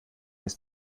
ist